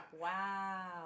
Wow